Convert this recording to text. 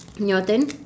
your turn